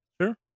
Sure